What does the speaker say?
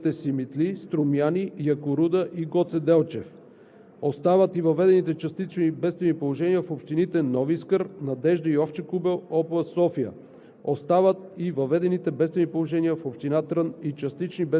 Остават също така въведените частични бедствени положения в общините Симитли, Струмяни, Якоруда и Гоце Делчев. Остават и въведените частични бедствени положения в общините „Нови Искър“, „Надежда“ и „Овча купел“, област София.